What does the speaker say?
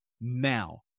Now